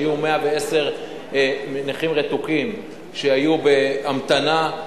היו 110 נכים רתוקים שהיו בהמתנה,